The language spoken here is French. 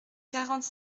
quarante